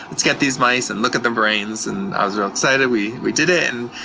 let's get these mice and look at the brains. and i was really excited. we we did it, and